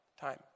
time